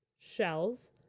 shells